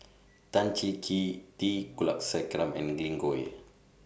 Tan Cheng Kee T Kulasekaram and Glen Goei